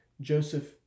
Joseph